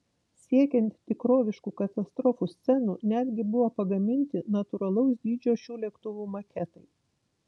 siekiant tikroviškų katastrofų scenų netgi buvo pagaminti natūralaus dydžio šių lėktuvų maketai